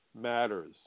matters